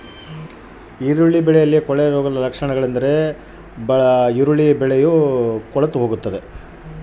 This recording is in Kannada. ಈರುಳ್ಳಿ ಬೆಳೆಯಲ್ಲಿ ಕೊಳೆರೋಗದ ಲಕ್ಷಣಗಳೇನು?